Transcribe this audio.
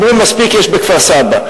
אמרו: מספיק שיש בכפר-סבא.